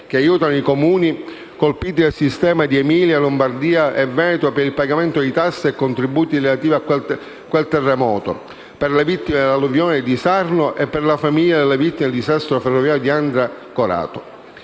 che aiutano i Comuni colpiti dal sisma di Emilia, Lombardia e Veneto per il pagamento di tasse e contributi relativi a quel terremoto, per le vittime dell'alluvione di Sarno e per le famiglie delle vittime del disastro ferroviario di Andria-Corato.